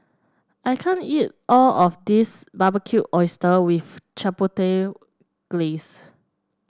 I can't eat all of this Barbecued Oyster with Chipotle Glaze